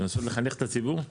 רוצים לחנך את הציבור?